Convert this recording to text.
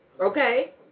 okay